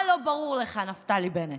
מה לא ברור לך, נפתלי בנט?